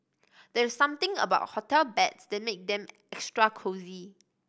there's something about hotel beds that make them extra cosy